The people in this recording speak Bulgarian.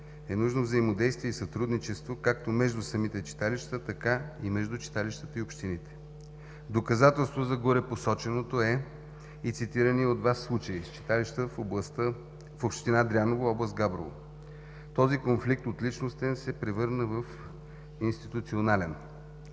е нужно взаимодействие и сътрудничество както между самите читалища, така и между читалищата и общините. Доказателство за горепосоченото е и цитираният от Вас случай с читалище в община Дряново, област Габрово. Този конфликт от личностен се превърна в институционален.